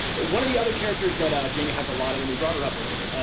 one of the other characters that jaime has a lot of, and we brought her up earlier,